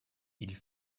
ils